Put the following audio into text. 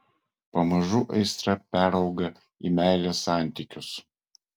pamažu aistra perauga į meilės santykius